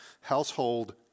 household